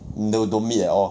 now don't meet at all